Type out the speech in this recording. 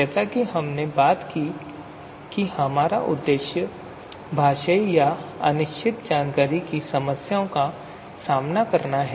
जैसा कि हमने बात की हमारा उदेश्य भाषाई या अनिश्चित जानकारी की समस्याओं का सामना करना है